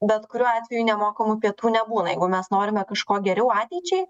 bet kuriuo atveju nemokamų pietų nebūna jeigu mes norime kažko geriau ateičiai